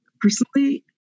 Personally